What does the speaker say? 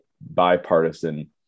bipartisan